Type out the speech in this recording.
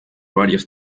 varias